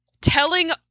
telling